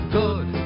good